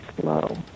slow